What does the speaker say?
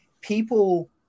people